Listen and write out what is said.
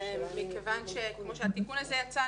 כמו שהתיקון הזה יצא,